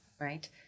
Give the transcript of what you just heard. right